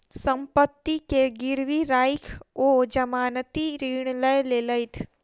सम्पत्ति के गिरवी राइख ओ जमानती ऋण लय लेलैथ